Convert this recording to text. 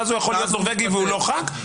ואז הוא יכול להיות נורבגי והוא לא חבר כנסת.